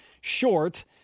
short